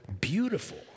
beautiful